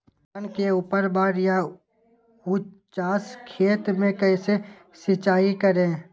धान के ऊपरवार या उचास खेत मे कैसे सिंचाई करें?